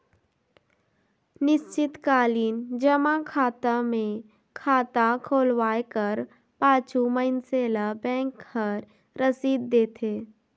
निस्चित कालीन जमा खाता मे खाता खोलवाए कर पाछू मइनसे ल बेंक हर रसीद देथे